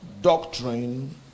doctrine